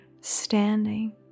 standing